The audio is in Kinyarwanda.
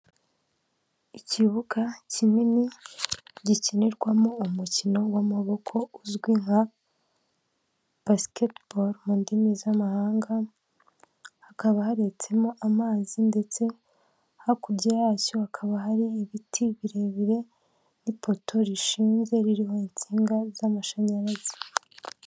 Ikibuga kinini gikinirwamo umukino w'amaboko uzwi nka basketball mu ndimi z'amahanga, hakaba haretsemo amazi ndetse hakurya yacyo hakaba hari ibiti birebire n'ipoto rishinze ririho insinga z'amashanyarazi.